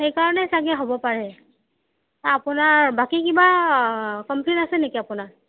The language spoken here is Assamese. সেইকাৰণে চাগে হ'ব পাৰে আপোনাৰ বাকী কিবা কমপ্লেইন আছে নেকি আপোনাৰ